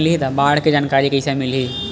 बाढ़ के जानकारी कइसे मिलही?